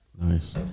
Nice